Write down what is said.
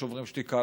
שוברים שתיקה.